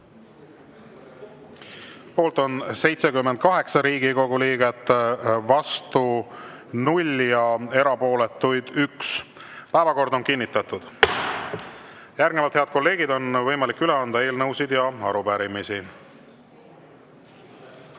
Poolt on 78 Riigikogu liiget, vastuolijaid 0 ja erapooletuid 1. Päevakord on kinnitatud. Järgnevalt, head kolleegid, on võimalik üle anda eelnõusid ja arupärimisi.